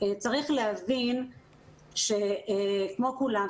צריך להבין שכמו כולם,